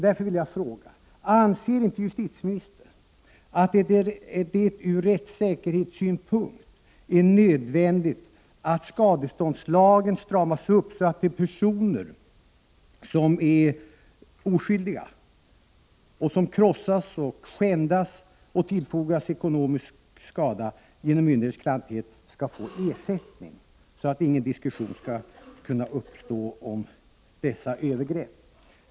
Därför vill jag fråga: Anser inte justitieministern att det ur rättssäkerhetssynpunkt är nödvändigt att skadeståndslagen stramas upp så att de personer som är oskyldiga och som krossas, skändas och tillfogas ekonomisk skada genom myndigheters klantighet, skall kunna få ersättning, och att ingen diskussion skall kunna uppstå om sådana övergrepp?